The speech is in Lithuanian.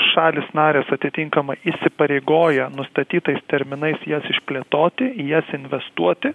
šalys narės atitinkamai įsipareigoja nustatytais terminais jas išplėtoti į jas investuoti